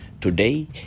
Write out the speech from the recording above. Today